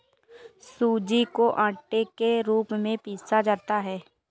सूजी को आटे के रूप में पीसा जाता है